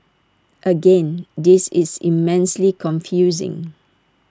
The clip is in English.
again this is immensely confusing